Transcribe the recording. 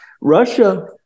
Russia